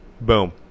Boom